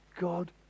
God